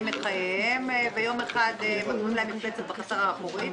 את חייהם ויום אחד בונים להם מפלצת בחצר האחורית.